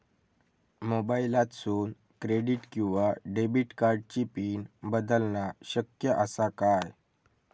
मोबाईलातसून क्रेडिट किवा डेबिट कार्डची पिन बदलना शक्य आसा काय?